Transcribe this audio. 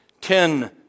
ten